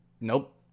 Nope